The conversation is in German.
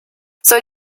soll